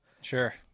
Sure